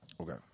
Okay